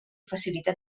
facilitat